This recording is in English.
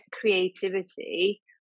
creativity